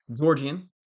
Georgian